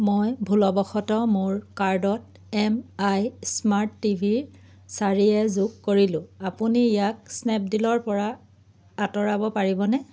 মই ভুলবশতঃ মোৰ কাৰ্টত এম আই স্মাৰ্ট টিভি চাৰি এ যোগ কৰিলোঁ আপুনি ইয়াক স্নেপডীলৰ পৰা আঁতৰাব পাৰিবনে